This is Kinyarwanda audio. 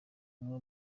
amwe